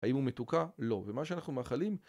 האם הוא מתוקה? לא, ומה שאנחנו מאחלים